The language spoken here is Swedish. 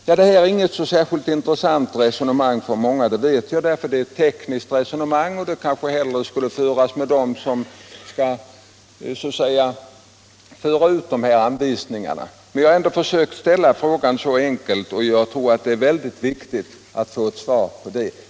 Jag vet att det här resonemanget för många inte är särskilt intressant. Det är ett tekniskt resonemang, och det kanske hellre borde föras med dem som skall föra ut anvisningarna. Jag har ändå försökt ställa frågan så enkel som möjligt, och jag tror att det är viktigt att få ett svar på den.